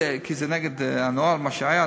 כי זה נגד הנוהל מה שהיה,